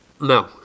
No